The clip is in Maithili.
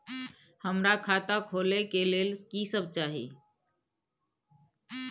हमरा खाता खोले के लेल की सब चाही?